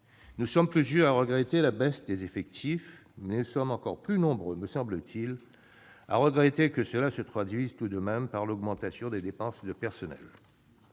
Nous sommes plusieurs à déplorer la baisse des effectifs, mais nous sommes encore plus nombreux, me semble-t-il, à regretter que cela se traduise tout de même par l'augmentation des dépenses de personnel.